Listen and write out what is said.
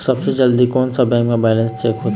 सबसे जल्दी कोन सा बैंक म बैलेंस चेक होथे?